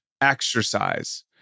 exercise